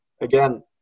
Again